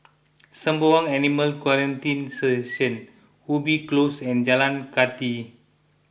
Sembawang Animal Quarantine Station Ubi Close and Jalan Kathi